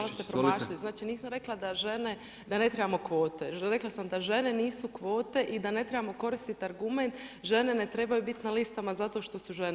Kolega malo ste promašili, znači nisam rekla da žene, da ne trebamo kvote, rekla sam da žene nisu kvote i da ne trebamo koristiti argument žene ne trebaju biti na listama zato što su žene.